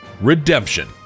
Redemption